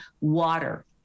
water